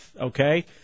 Okay